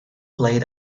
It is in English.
played